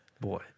boy